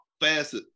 fast